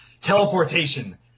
Teleportation